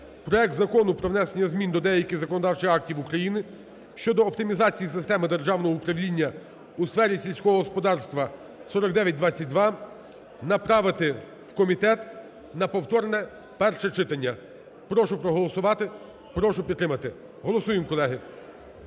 проект Закону про внесення змін до деяких законодавчих актів України щодо оптимізації системи державного управління у сфері сільського господарства (4922). Направити в комітет на повторне перше читання. Прошу проголосувати, прошу підтримати. Голосуємо, колеги,